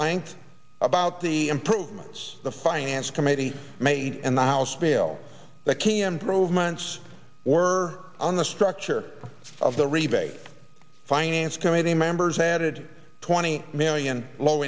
length about the improvements the finance committee made and the house bill that can prove months were on the structure of the rebate finance committee members added twenty million low